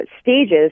stages